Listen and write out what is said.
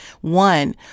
One